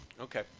Okay